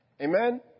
Amen